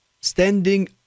standing